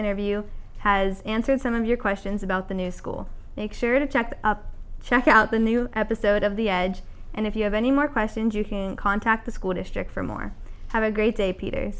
interview has answered some of your questions about the new school make sure to check up check out the new episode of the edge and if you have any more questions you can contact the school district for more have a great day peter